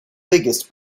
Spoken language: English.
biggest